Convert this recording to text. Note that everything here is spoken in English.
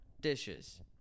dishes